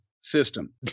System